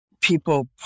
people